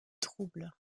troubles